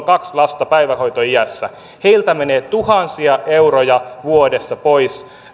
kaksi lasta päivähoitoiässä menee tuhansia euroja vuodessa pois